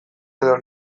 edo